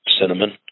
cinnamon